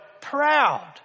proud